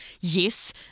Yes